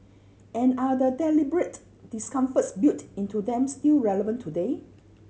and are the deliberate discomforts built into them still relevant today